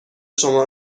شما